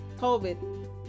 COVID